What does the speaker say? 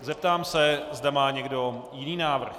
Zeptám se, zda má někdo jiný návrh.